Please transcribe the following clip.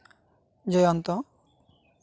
ᱡᱚᱭᱚᱱᱛᱚ